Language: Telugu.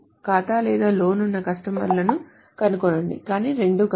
ఖాతా లేదా లోన్ ఉన్న కస్టమర్లను కనుగొనండి కానీ రెండూ కాదు